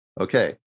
Okay